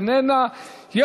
אינה נוכחת,